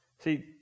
See